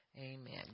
Amen